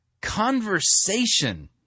conversation